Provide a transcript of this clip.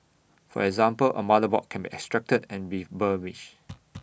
for example A motherboard can be extracted and refurbished